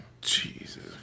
Jesus